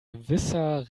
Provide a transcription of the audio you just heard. gewisser